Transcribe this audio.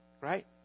right